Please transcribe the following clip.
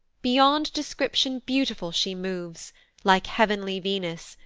beyond description beautiful she moves like heav'nly venus,